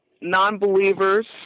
non-believers